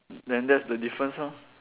then that's the difference lor